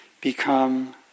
become